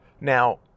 Now